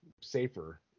safer